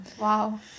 Wow